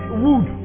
wood